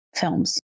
films